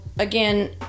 again